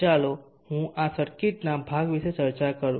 ચાલો હું સર્કિટના આ ભાગ વિશે ચર્ચા કરું